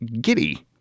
giddy